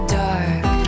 dark